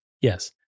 Yes